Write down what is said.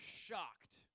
shocked